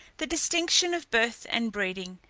the distinction of birth and breeding,